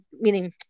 meaning